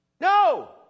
No